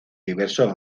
diversos